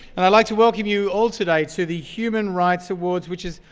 and i'd like to welcome you all today to the human rights awards which is,